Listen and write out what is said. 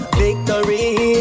victory